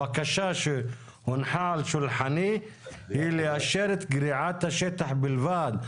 הבקשה שהונחה על שולחני היא לאשר את גריעת השטח בלבד.